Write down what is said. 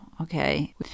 okay